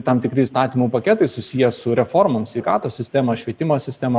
tam tikri įstatymų paketai susiję su reformom sveikatos sistema švietimo sistema